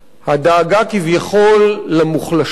הדאגה כביכול למוחלשים,